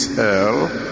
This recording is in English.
hell